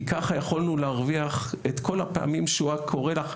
כי ככה יכולנו להרוויח את כל הפעמים שהוא היה קורא לך,